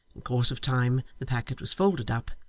in course of time the packet was folded up,